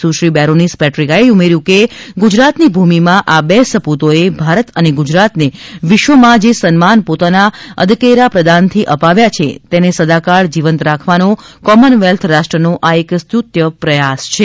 સુશ્રી Baroness પેટ્રિકાએ ઉમેર્યુ કે ગુજરાતની ભૂમિના આ બે સપૂતોએ ભારત અને ગુજરાતને વિશ્વમાં જે સન્માન પોતાના અદકેરા પ્રદાનથી અપાવ્યા છે તેને સદાકાળ જીવંત રાખવાનો કોમનવેલ્થ રાષ્ટ્રનો આ એક સ્તુત્ય પ્રયાસ છે